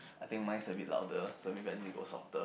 I think mine is a bit louder so maybe I need to go softer